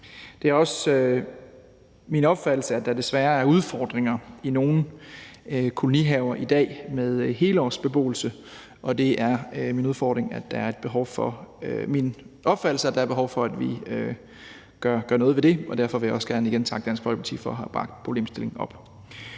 Det er også min opfattelse, at der desværre i nogle kolonihaver i dag er udfordringer med helårsbeboelse, og det er min opfattelse, at der er behov for, at vi gør noget ved det. Og derfor vil jeg gerne igen takke Dansk Folkeparti for at have taget problemstillingen op.